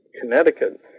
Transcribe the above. Connecticut